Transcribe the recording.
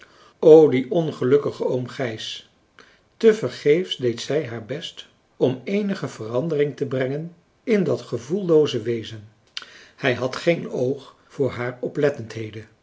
die ongelukkige oom gijs tevergeefs deed zij haar best om eenige verandering te brengen in dat gevoellooze wezen hij had geen oog voor haar